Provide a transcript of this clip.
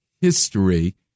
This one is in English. history